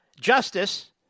justice